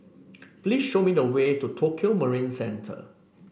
please show me the way to Tokio Marine Centre